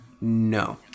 No